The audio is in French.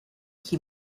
qui